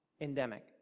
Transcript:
endemic